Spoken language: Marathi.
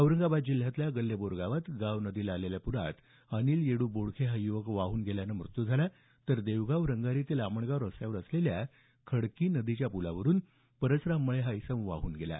औरंगाबाद जिल्ह्यातल्या गल्ले बोरगावात गाव नदीला आलेल्या पुरात अनिल येडू बोडखे हा युवक वाहून गेल्यामुळे त्याचा मृत्यू झाला तर देवगाव रंगारी ते लामणगाव रस्त्यावर असलेल्या खडकी नदीच्या पुलावरून परसराम मळे हा इसम वाहून गेला